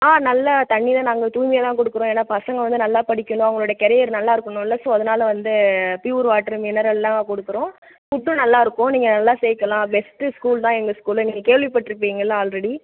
நல்ல தண்ணிலாம் நாங்கள் தூய்மையாக தான் கொடுக்குறோம் ஏன்னா பசங்க வந்து நல்லா படிக்கணும் அவங்களுடைய கெரியர் நல்லாருக்கும் ஸோ அதனால் வந்து பியூர் வாட்டர் மினரல்லாம் கொடுக்குறோம் ஃபுட்டும் நல்லாருக்கும் நீங்கள் நல்லா சேர்க்கலாம் பெஸ்ட் ஸ்கூல் தான் எங்கள் ஸ்கூல் நீங்கள் கேள்வி பட்டுருப்பிங்கல்ல ஆல்ரெடி